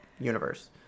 Universe